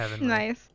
Nice